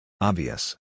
Obvious